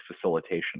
facilitation